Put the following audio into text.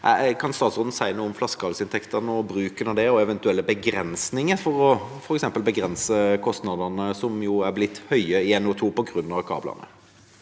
Kan statsråden si noe om flaskehalsinntektene og bruken av dem og eventuelle begrensninger med hensyn til f.eks. å begrense kostnadene, som jo er blitt høye i NO2 på grunn av kablene?